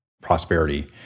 prosperity